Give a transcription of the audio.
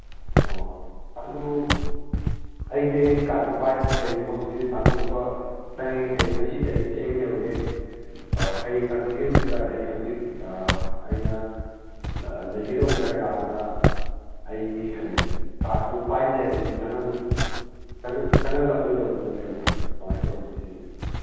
ꯑꯣ ꯑꯗꯨ ꯑꯩꯁꯦ ꯀꯥꯔꯠꯇꯨ ꯀꯩꯒꯨꯝꯕ ꯍꯧꯖꯤꯛꯁꯦ ꯇꯥꯟꯊꯣꯛꯄ ꯆꯪꯉꯤ ꯀꯩꯒꯨꯝ ꯉꯁꯤꯁꯦ ꯑꯩ ꯊꯦꯡꯅ ꯌꯧꯔꯛꯑꯦ ꯑꯣ ꯍꯌꯦꯡ ꯇꯥꯟꯊꯣꯛꯀꯦꯅ ꯈꯟ ꯇꯥꯔꯗꯤ ꯑꯩ ꯍꯧꯖꯤꯛ ꯑꯩꯅ ꯂꯩꯒꯗꯧꯕ ꯖꯒꯥꯗꯨꯗ ꯑꯩꯒꯤ ꯍꯥꯏꯗꯤ ꯀꯥꯔꯠꯇꯨ ꯄꯥꯏꯗꯦ ꯍꯥꯏꯔꯒꯗꯤ ꯆꯪꯍꯜꯂꯛꯑꯣꯏꯒꯗꯕ ꯂꯩꯕ꯭ꯔꯥ ꯀꯃꯥꯏꯅ ꯇꯧꯒꯦ ꯁꯤꯁꯦ